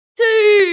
two